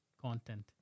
Content